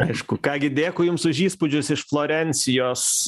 aišku ką gi dėkui jums už įspūdžius iš florencijos